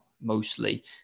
mostly